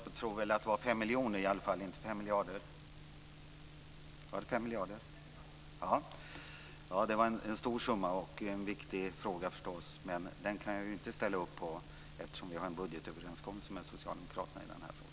Fru talman! Jag tror väl att det var 5 miljoner och inte 5 miljarder. Var det 5 miljarder? Jaha. Ja, det är en stor summa och naturligtvis en viktig fråga. Detta kan jag dock inte ställa upp på, eftersom vi har en budgetöverenskommelse med Socialdemokraterna i den här frågan.